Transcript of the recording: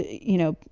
you know,